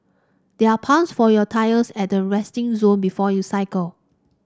there are pumps for your tyres at the resting zone before you cycle